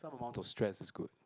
some amount of stress is good